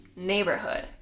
neighborhood